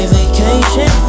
vacation